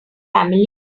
family